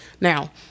now